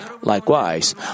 Likewise